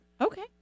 Okay